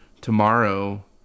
tomorrow